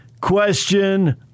question